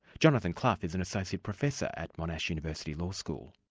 jonathan clough is an associate professor at monash university law school.